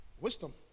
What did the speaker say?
Wisdom